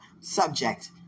subject